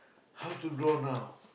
how to draw now